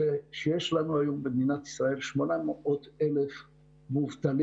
והוא שיש לנו היום במדינת ישראל 800,000 מובטלים,